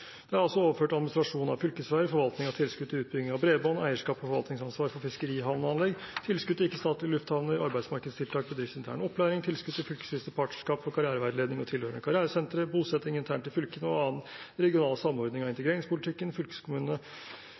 Det er overført administrasjon av fylkesveier, forvaltning av tilskudd til utbygging av bredbånd, eierskaps- og forvaltningsansvar for fiskerihavneanlegg, tilskudd til ikke-statlige lufthavner, arbeidsmarkedstiltak, bedriftsintern opplæring, tilskudd til fylkesvise partnerskap for karriereveiledning og tilhørende karrieresentre, bosetting internt i fylkene og annen regional samordning av integreringspolitikken,